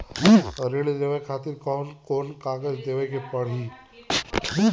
ऋण लेवे के खातिर कौन कोन कागज देवे के पढ़ही?